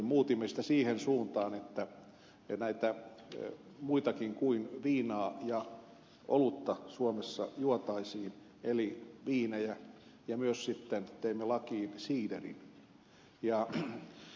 muutimme sitä siihen suuntaan että näitä muitakin kuin viinaa ja olutta suomessa juotaisiin eli viinejä ja myös teimme lakiin siiderin